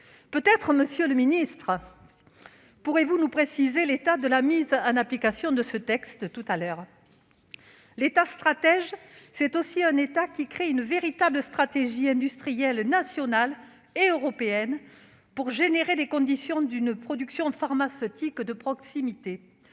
doute, monsieur le secrétaire d'État, pourriez-vous nous préciser l'état de la mise en application de ce texte ? L'État stratège, c'est aussi un État qui crée une véritable stratégie industrielle nationale et européenne, pour engendrer les conditions d'une production pharmaceutique de proximité.